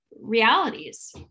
realities